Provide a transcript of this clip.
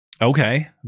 Okay